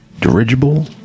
dirigible